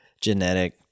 genetic